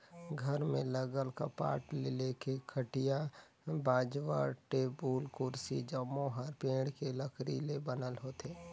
घर में लगल कपाट ले लेके खटिया, बाजवट, टेबुल, कुरसी जम्मो हर पेड़ के लकरी ले बनल होथे